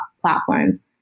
platforms